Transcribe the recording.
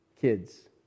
Kids